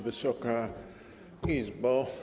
Wysoka Izbo!